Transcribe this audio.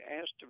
asked